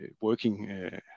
working